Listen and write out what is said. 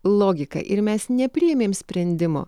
logiką ir mes nepriėmėm sprendimo